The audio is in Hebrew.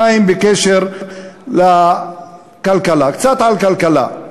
בקשר לכלכלה, קצת על כלכלה.